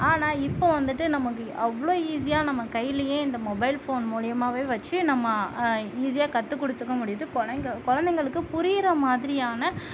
ஆனால் இப்போ வந்துட்டு நமக்கு அவ்வளோ ஈஸியாக நம்ம கையிலேயே இந்த மொபைல் ஃபோன் மூலயமாவே வச்சு நம்ம ஈஸியாக கற்றுக் கொடுத்துக்க முடியுது குழந்தைகளுக்கு புரிகிற மாதிரியான